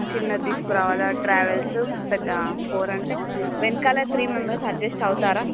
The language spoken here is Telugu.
చిన్నది తీసుకురావాలా ట్రావెల్స్ పెద్దా ఫోర్ అంటే వెనకాల త్రీ మెంబర్స్ అడ్జస్ట్ అవుతారా